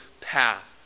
path